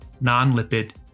non-lipid